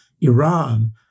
Iran